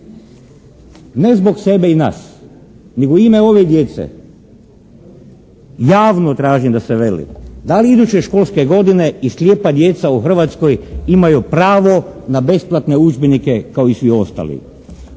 Ne zbog sebe i nas, nego u ime ove djece javno tražim da se veli da li iduće školske godine i slijepa djeca u Hrvatskoj imaju pravo na besplatne udžbenike kao i svi ostali.